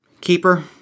Keeper